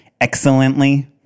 excellently